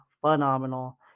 phenomenal